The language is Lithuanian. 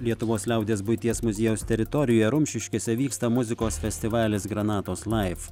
lietuvos liaudies buities muziejaus teritorijoje rumšiškėse vyksta muzikos festivalis granatos laif